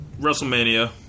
WrestleMania